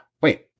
Wait